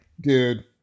Dude